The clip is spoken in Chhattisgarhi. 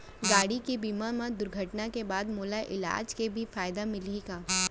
गाड़ी के बीमा मा दुर्घटना के बाद मोला इलाज के भी फायदा मिलही का?